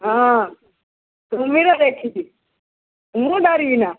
ହଁ କୁମ୍ଭୀର ଦେଖିଚି ମୁଁ ଡରିବି ନା